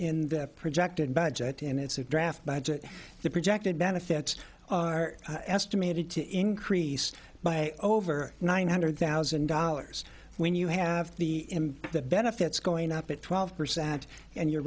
in the projected budget and it's a draft budget the projected benefits are estimated to increase by over nine hundred thousand dollars when you have the the benefits going up at twelve percent and you